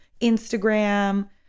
Instagram